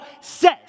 says